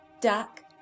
duck